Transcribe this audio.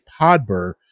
Podber